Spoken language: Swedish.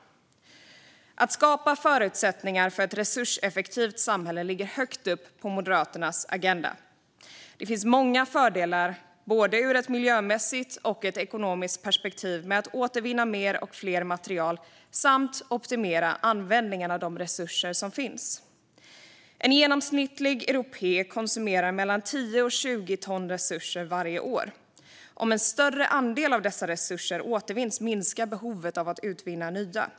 Att skapa förutsättningar för ett resurseffektivt samhälle ligger högt upp på Moderaternas agenda. Det finns många fördelar, både ur ett miljömässigt och ur ett ekonomiskt perspektiv, med att återvinna mer och fler material samt optimera användningen av de resurser som finns. En genomsnittlig europé konsumerar mellan 10 och 20 ton resurser varje år. Om en större andel av dessa resurser återvinns minskar behovet av att utvinna nya.